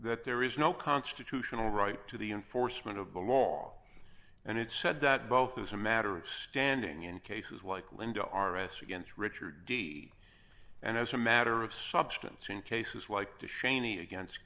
that there is no constitutional right to the enforcement of the law and it said that both as a matter of standing in cases like linda r s against richard d and as a matter of substance in cases like to shany against